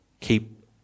Keep